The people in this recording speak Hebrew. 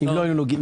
אם לא היו נוגעים.